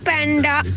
Panda